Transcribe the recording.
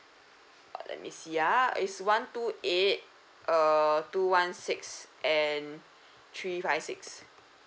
uh let me see ah one two eight uh two one six and three five six